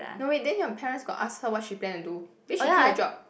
no wait then your parents got ask her what she planned to do then she quit her job